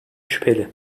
şüpheli